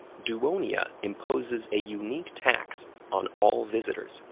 duonia imposes a unique tax on all visitors,